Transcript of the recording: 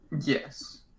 yes